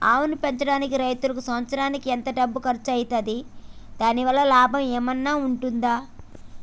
ఆవును పెంచడానికి రైతుకు సంవత్సరానికి ఎంత డబ్బు ఖర్చు అయితది? దాని వల్ల లాభం ఏమన్నా ఉంటుందా?